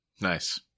Nice